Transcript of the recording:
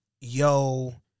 yo